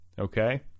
okay